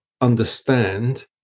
understand